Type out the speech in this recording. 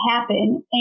happen